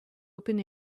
open